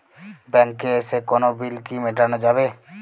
ব্যাংকে এসে কোনো বিল কি মেটানো যাবে?